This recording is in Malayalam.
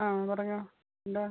ആ പറഞ്ഞോളു എന്താണ്